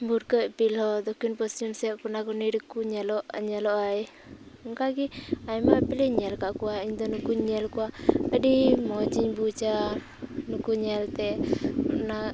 ᱵᱷᱩᱨᱠᱟᱹ ᱤᱯᱤᱞ ᱦᱚᱸ ᱫᱚᱠᱠᱷᱤᱱ ᱯᱚᱥᱪᱤᱢ ᱥᱮᱫ ᱠᱚᱱᱟ ᱠᱩᱱᱤ ᱨᱮᱠᱚ ᱧᱮᱞᱚᱜ ᱧᱮᱞᱚᱜ ᱟᱭ ᱚᱱᱠᱟ ᱜᱮ ᱟᱭᱢᱟ ᱤᱯᱤᱞᱤᱧ ᱧᱮᱞ ᱟᱠᱟᱫ ᱠᱚᱣᱟ ᱤᱧᱫᱚ ᱱᱩᱠᱩᱧ ᱧᱮᱞ ᱠᱚᱣᱟ ᱟᱹᱰᱤ ᱢᱚᱡᱽ ᱤᱧ ᱵᱩᱡᱟ ᱱᱩᱠᱩ ᱧᱮᱞᱛᱮ ᱚᱱᱟ